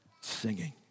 singing